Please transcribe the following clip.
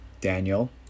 Daniel